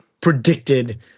predicted